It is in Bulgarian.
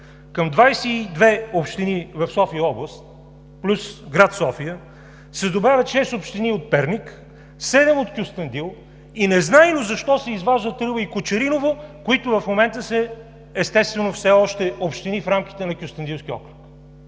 Към 22 общини в София-област плюс град София се добавят шест общини от Перник, седем от Кюстендил и незнайно защо се изваждат Рила и Кочериново, които в момента, естествено, са все още общини в рамките на Кюстендилски окръг!